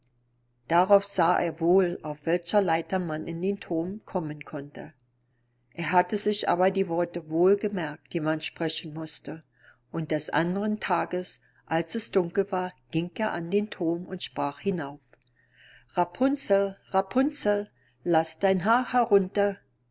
darauf sah er wohl auf welcher leiter man in den thurm kommen konnte er hatte sich aber die worte wohl gemerkt die man sprechen mußte und des andern tages als es dunkel war ging er an den thurm und sprach hinauf rapunzel rapunzel laß dein haar herunter